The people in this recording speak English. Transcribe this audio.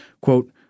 quote